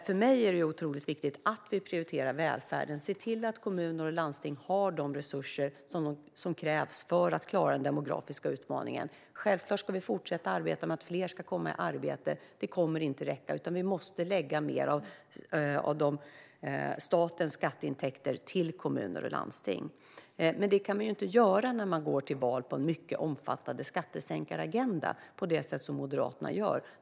För mig är det otroligt viktigt att vi prioriterar välfärden och ser till att kommuner och landsting har de resurser som krävs för att klara den demografiska utmaningen. Självklart ska vi fortsätta arbeta för att fler ska komma i arbete. Det kommer dock inte att räcka, utan vi måste lägga mer av statens skatteintäkter till kommuner och landsting. Men det kan man ju inte göra när man går till val på en mycket omfattande skattesänkaragenda, som Moderaterna gör.